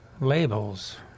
labels